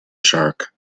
shark